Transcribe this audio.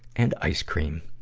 and ice cream.